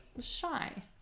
shy